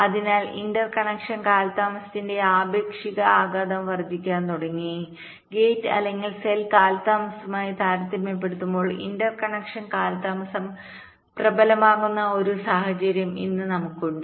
അതിനാൽ ഇന്റർകണക്ഷൻ കാലതാമസത്തിന്റെ ആപേക്ഷിക ആഘാതം വർദ്ധിക്കാൻ തുടങ്ങി ഗേറ്റ് അല്ലെങ്കിൽ സെൽ കാലതാമസവുമായി താരതമ്യപ്പെടുത്തുമ്പോൾ ഇന്റർകണക്ഷൻ കാലതാമസം പ്രബലമാകുന്ന ഒരു സാഹചര്യം ഇന്ന് നമുക്കുണ്ട്